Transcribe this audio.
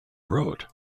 wrote